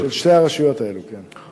של שתי הרשויות האלה, כן.